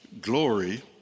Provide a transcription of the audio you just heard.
glory